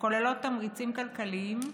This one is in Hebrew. שכוללות תמריצים כלכליים,